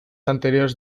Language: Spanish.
anteriores